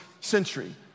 century